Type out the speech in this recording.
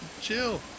Chill